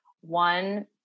one